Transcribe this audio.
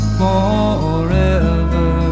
forever